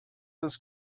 was